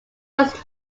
was